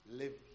live